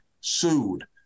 sued